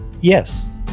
yes